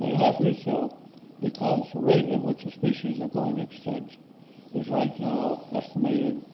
has to be filled because the rate at which the species are going extinct is right now estimated,